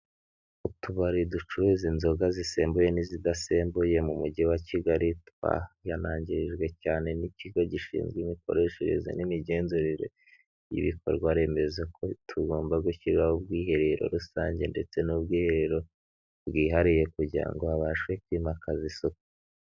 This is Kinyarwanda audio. Utubari ducuruze inzoga zisembuye n'izidasembuye mu mujyi wa Kigali twarihanangirijwe cyane n'ikigo gishinzwe imikoreshereze n'imigenrire y'ibikorwa remezo ko tugomba gushyira ubwiherero rusange ndetse n'ubwiherero bwihariye kugira ngo babashe kwimakaza isuku.